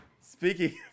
Speaking